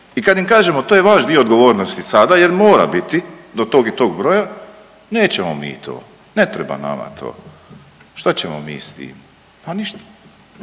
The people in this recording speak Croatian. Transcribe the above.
I kad im kažemo to je vaš dio odgovornosti sada jer mora biti do tog i tog broja, nećemo mi to, ne treba nama to, što ćemo mi s tim. Pa ništa.